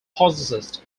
possessed